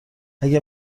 اگه